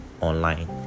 online